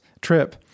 trip